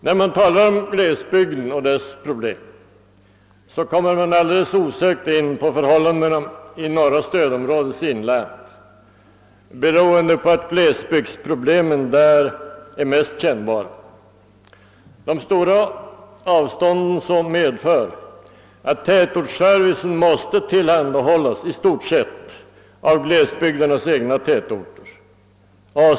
När man talar om glesbygden och dess problem, kommer man alldeles osökt in på förhållandena i norra stödområdets inland, beroende på att glesbygdsproblemen där är mest kännbara. De stora avstånden medför att tätortsservicen måste tillhandahållas i stort sett av glesbygdernas egna tätorter.